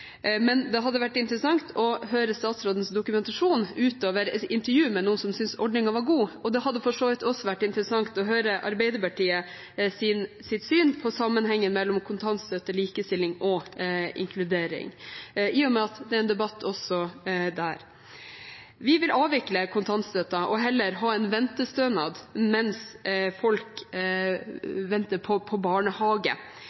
men det hadde vært interessant å høre statsrådens dokumentasjon utover intervju med noen som synes ordningen er god. Det hadde for så vidt også vært interessant å høre Arbeiderpartiets syn på sammenhengen mellom kontantstøtte, likestilling og inkludering, i og med at det er en debatt også der. Vi vil avvikle kontantstøtten og heller ha en ventestønad mens folk venter på barnehage.